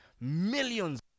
Millions